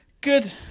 good